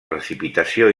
precipitació